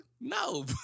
No